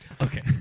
Okay